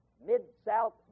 Mid-South